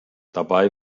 dabei